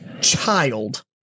child